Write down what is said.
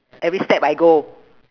every step I go